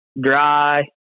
dry